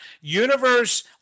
Universe